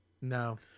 No